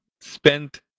spent